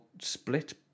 Split